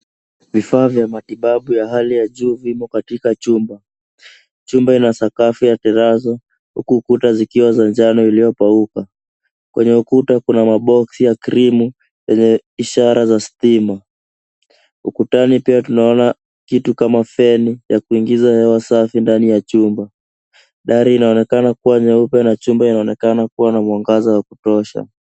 Vifaa vya matibabu ya hali ya juu vimo katika chumba. Chumba ina sakafu ya terrazzo huku ukuta zikiwa za njano iliyopauka. Kwenye ukuta kuna maboksi ya krimu, lenye ishara za stima. Ukutani pia tunaona kitu kama feni ya kuingiza hewa safi ndani ya chumba. Dari inaonekana kuwa nyeupe na chumba inaonekana kuwa na mwangaza wa kutosha.